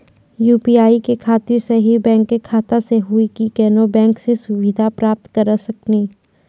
UPI के खातिर यही बैंक के खाता से हुई की कोनो बैंक से सुविधा प्राप्त करऽ सकनी?